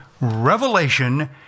Revelation